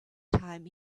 time